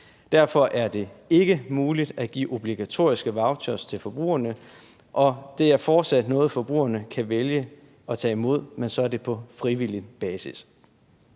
Derfor er det ikke muligt at give obligatoriske vouchers til forbrugerne, og det er fortsat noget, forbrugerne kan vælge at tage imod, men så er det på frivillig basis.